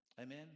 Amen